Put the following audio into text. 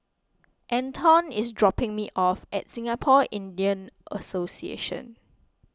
Anton is dropping me off at Singapore Indian Association